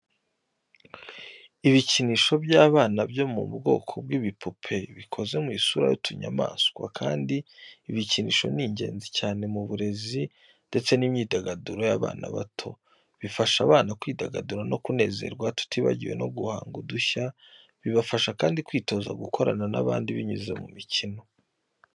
Ibikinisho by’abana byo mu bwoko bw'ibipupe bikoze mu isura y'utunyamaswa kandi ibi bikinisho ni ingenzi cyane mu burezi ndetse n’imyidagaduro y’abana bato. Bifasha abana kwidagadura no kunezerwa tutibagiwe no guhanga udushya. Bibafasha kandi kwitoza gukorana n’abandi binyuze mu mikino.